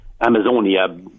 Amazonia